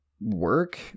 work